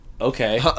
Okay